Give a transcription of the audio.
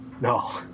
No